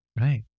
Right